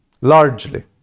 Largely